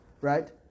right